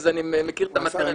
אז אני מכיר את המאטריה.